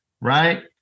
right